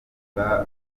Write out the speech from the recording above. rwanda